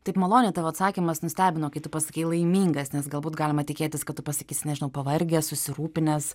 taip maloniai tavo atsakymas nustebino kai tu pasakei laimingas nes galbūt galima tikėtis kad tu pasakysi nežinau pavargęs susirūpinęs